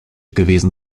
gewesen